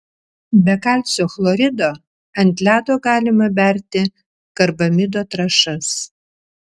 be kalcio chlorido ant ledo galima berti karbamido trąšas